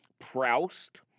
Proust